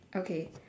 okay